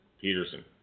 Peterson